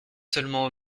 seulement